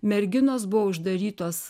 merginos buvo uždarytos